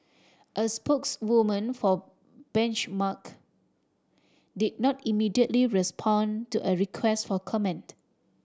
a spokeswoman for Benchmark did not immediately respond to a request for comment